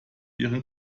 ihren